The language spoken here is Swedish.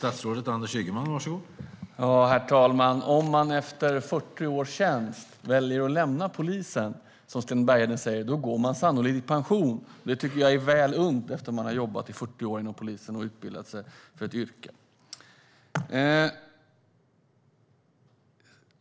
Herr talman! Om man efter 40 års tjänst väljer att lämna polisen, som Sten Bergheden säger, går man sannolikt i pension. Det tycker jag är väl unt efter att man har jobbat i 40 år inom polisen och utbildat sig för ett yrke.